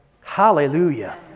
Hallelujah